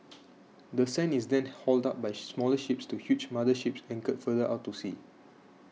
the sand is then hauled up by smaller ships to huge mother ships anchored further out to sea